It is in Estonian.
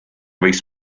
võiks